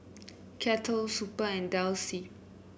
Kettle Super and Delsey